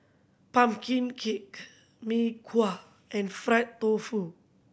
pumpkin cake Mee Kuah and fried tofu